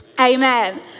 Amen